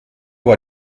war